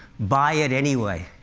buy it anyway.